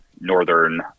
northern